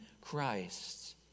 Christ